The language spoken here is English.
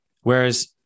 Whereas